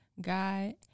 God